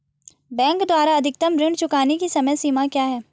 Bank द्वारा अधिकतम ऋण चुकाने की समय सीमा क्या है?